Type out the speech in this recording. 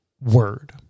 word